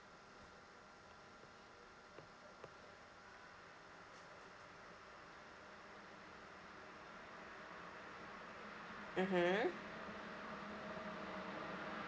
mmhmm